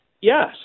Yes